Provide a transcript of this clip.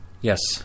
Yes